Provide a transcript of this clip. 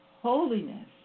holiness